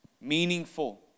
meaningful